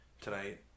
tonight